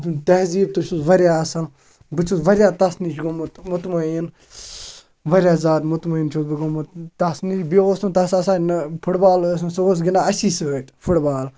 تہذیٖب تہِ چھُس واریاہ اَصٕل بہٕ چھُس واریاہ تَس نِش گوٚمُت مُطمعیٖن واریاہ زیادٕ مُطمعیٖن چھُس بہٕ گوٚمُت تَس نِش بیٚیہِ اوس نہٕ تَس آسان نہٕ فُٹ بال ٲس نہٕ سُہ اوس گِنٛدان اَسی سۭتۍ فُٹ بال